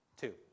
Two